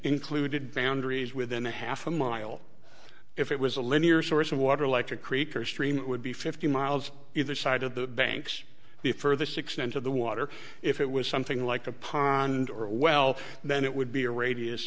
included boundaries within a half a mile if it was a linear source of water like a creek or stream it would be fifty miles either side of the banks the furthest extent of the water if it was something like a pond or a well then it would be a radius